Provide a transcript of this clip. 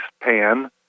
pan